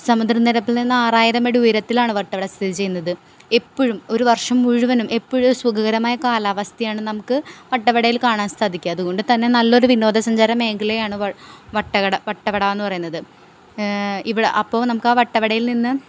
സമുദ്ര നിരപ്പിൽ നിന്ന് ആറായിരം അടി ഉയരത്തിലാണ് വട്ടവട സ്ഥിതി ചെയ്യുന്നത് എപ്പോഴും ഒരു വർഷം മുഴുവനും എപ്പോഴും ഒരു സുഖകരമായ കാലാവസ്ഥയാണ് നമുക്ക് വട്ടവടയിൽ കാണാൻ സാധിക്കുക അതുകൊണ്ട് തന്നെ നല്ല ഒരു വിനോദ സഞ്ചാര മേഖലയാണ് വട്ടവട വട്ടവട എന്നു പറയുന്നത് ഇവടെ അപ്പോൾ നമുക്ക് ആ വട്ടവടയിൽ നിന്ന്